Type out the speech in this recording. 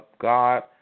God